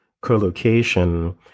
co-location